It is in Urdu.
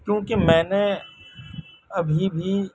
کیونکہ میں نے ابھی بھی